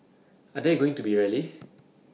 are there going to be rallies